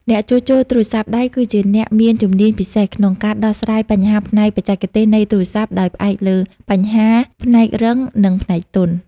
អ្នកជួសជុលទូរស័ព្ទដៃគឺជាអ្នកមានជំនាញពិសេសក្នុងការដោះស្រាយបញ្ហាផ្នែកបច្ចេកទេសនៃទូរស័ព្ទ ដោយផ្អែកលើបញ្ហាផ្នែករឹង និងផ្នែកទន់។